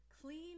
clean